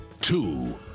two